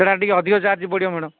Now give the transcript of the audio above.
ସେଟା ଟିକେ ଅଧିକ ଚାର୍ଜ ପଡ଼ିବ ମ୍ୟାଡମ୍